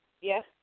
Yes